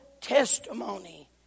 testimony